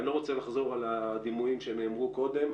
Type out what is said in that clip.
אני לא רוצה לחזור על הדימויים שנאמרו קודם,